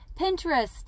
Pinterest